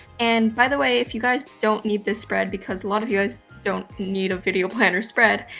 and by the way, if you guys don't need this spread, because a lot of you guys don't need a video planner spread,